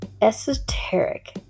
Esoteric